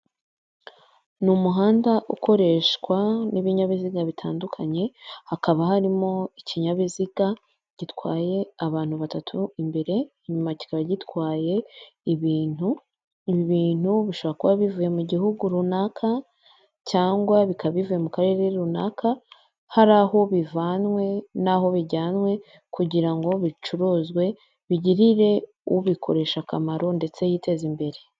Ni umuhanda ukoreshwa n'ibinyabiziga bitandukanye hakaba harimo ikinyabiziga gitwaye abantu batatu imbere inyuma kikaba gitwaye ibintu. Ibi bintu bishobora kuba bivuye mu gihugu runaka cyangwa bikaba bivuye mu karere runaka hari aho bivanwe naho'aho bijyanwe kugira ngo bicuruzwe bigirire ubikoresha akamaro ndetse yiteza imbere.